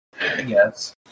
Yes